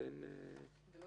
זה לא